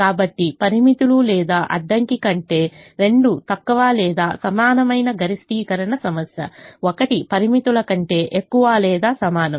కాబట్టి పరిమితుల లేదా అడ్డంకి కంటే 2 తక్కువ లేదా సమానమైన గరిష్టీకరణ సమస్య 1 పరిమితుల కంటే ఎక్కువ లేదా సమానం